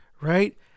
Right